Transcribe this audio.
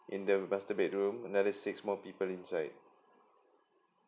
in the master bedroom another six more people inside